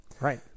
Right